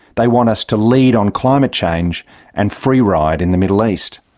they want us to lead on climate change and free-ride in the middle east.